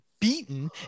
beaten